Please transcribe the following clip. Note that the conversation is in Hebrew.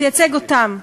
תייצג אותם.